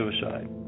suicide